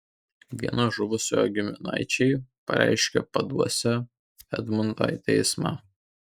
vieno žuvusiojo giminaičiai pareiškė paduosią edmundą į teismą